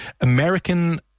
American